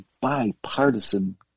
bipartisan